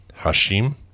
Hashim